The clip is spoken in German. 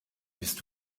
bist